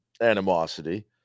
animosity